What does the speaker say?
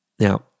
Now